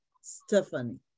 Stephanie